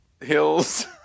Hills